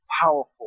powerful